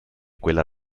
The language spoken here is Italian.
quella